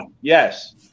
yes